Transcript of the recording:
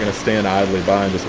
ah stand idly by